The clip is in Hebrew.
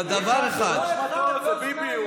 דבר אחד, זו לא אשמתו, זה ביבי.